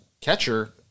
catcher